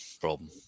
problem